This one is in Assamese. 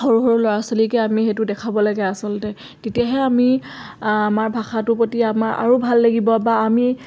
সৰু সৰু ল'ৰা ছোৱালীকে আমি সেইটো দেখাব লাগে আচলতে তেতিয়াহে আমি আমাৰ ভাষাটোৰ প্ৰতি আমাৰ আৰু ভাল লাগিব বা আমি